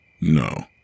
No